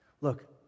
Look